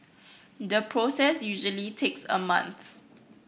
the process usually takes a month